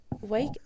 wake